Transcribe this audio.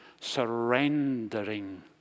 surrendering